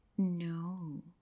No